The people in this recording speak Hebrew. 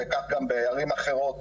וכך גם בערים אחרות